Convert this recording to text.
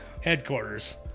headquarters